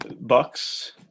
bucks